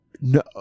No